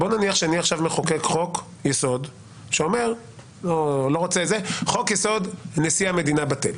בוא נניח שאני עכשיו מחוקק חוק יסוד שאומר שחוק יסוד נשיא המדינה בטל.